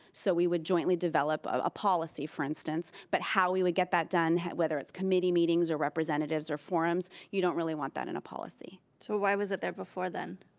so we would jointly develop a policy for instance, but how we would get that done, whether it's committee meetings or representatives or forums, you don't really want that in a policy. so why was it there before then?